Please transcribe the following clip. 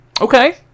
Okay